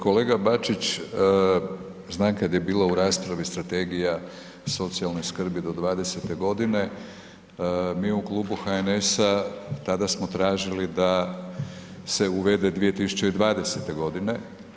Kolega Bačić, znam kad je bila u raspravi strategija socijalne skrbi do '20.-te godine mi u Klubu HNS-a tada smo tražili da se uvede 2020. godine.